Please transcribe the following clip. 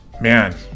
man